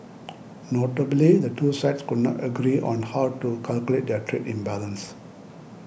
notably the two sides could not agree on how to calculate their trade imbalance